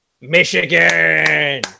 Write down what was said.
Michigan